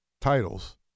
titles